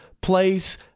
place